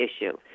issue